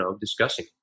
discussing